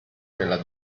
nella